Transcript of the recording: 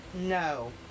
No